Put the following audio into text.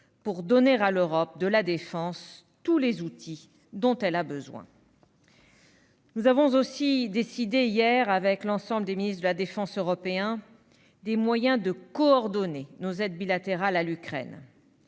pour donner à l'Europe de la défense tous les outils dont elle a besoin. Nous avons aussi décidé hier, avec l'ensemble des ministres de la défense européens, des moyens de coordonner nos aides bilatérales à l'Ukraine.